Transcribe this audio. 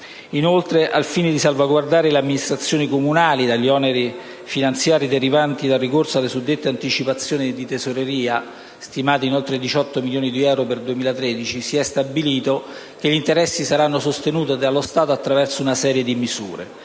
Inoltre, al fine di salvaguardare le amministrazioni comunali dagli oneri finanziari derivanti dal ricorso alle suddette anticipazioni di tesoreria, stimati in oltre 18 milioni di euro per l'anno 2013, si è stabilito che gli interessi saranno sostenuti dallo Stato attraverso una serie di misure.